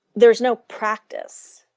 there is no practice,